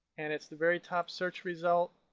and it's the very top search result.